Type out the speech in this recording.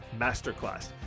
Masterclass